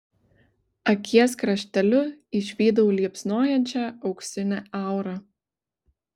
akies krašteliu išvydau liepsnojančią auksinę aurą